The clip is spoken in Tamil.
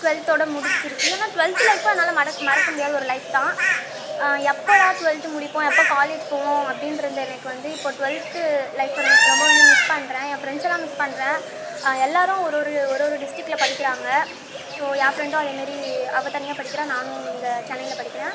டுவெல்த்தோடு முடிஞ்சிருச்சு ஏன்னா டுவெல்த் லைஃப்பை என்னால் மறக்கமுடியாது ஒரு லைஃப் தான் எப்போடா டுவெல்த்து முடிப்போம் எப்போ காலேஜ் போவோம் அப்படின்னுருந்த எனக்கு வந்து இப்போ டுவெல்த்து லைஃப் ரொம்ப வந்து மிஸ் பண்ணுறேன் என் ஃபிரெண்ட்ஸெல்லாம் மிஸ் பண்ணுறேன் எல்லோரும் ஒரு ஒரு ஒரு ஒரு டிஸ்ட்ரிக்டில் படிக்கிறாங்க ஸோ என் ஃபிரெண்டும் அதேமாதிரி அவள் தனியாக படிக்கிறாள் நானும் இங்கே சென்னையில் படிக்கிறேன்